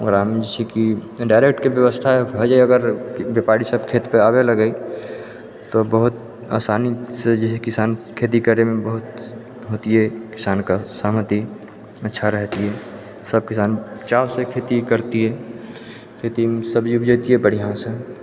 ओकरामे जे छै कि डायरेक्ट के व्यवस्था भए जाइ अगर व्यापारी सब खेत पे आबै लगै तऽ बहुत आसानी सँ जे छै किसान खेती करै मे बहुत होतियै किसान के सहमति अच्छा रहतियै सब किसान चाव सँ खेती करतियै खेती सब्जी उपजैबतियै बढ़िऑं सँ